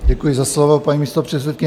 Děkuji za slovo, paní místopředsedkyně.